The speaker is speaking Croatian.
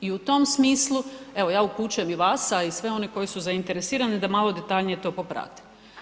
I u tom smislu evo ja upućujem i vas a i sve one koji su zainteresirani da malo detaljnije to poprate.